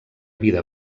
vida